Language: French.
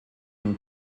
une